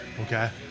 Okay